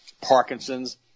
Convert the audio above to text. Parkinson's